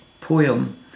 poem